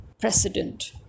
precedent